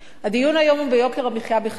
הדיון היום הוא על יוקר המחיה בכלל,